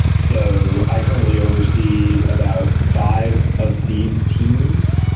so i currently oversee about five of these teams.